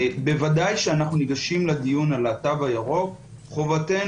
בוודאי כשאנחנו ניגשים לדיון על התו הירוק חובתנו,